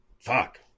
fuck